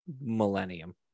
millennium